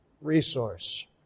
resource